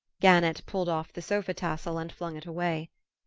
gannett pulled off the sofa-tassel and flung it away.